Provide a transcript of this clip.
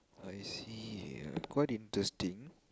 I see uh quite interesting